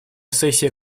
сессия